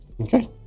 Okay